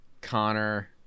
Connor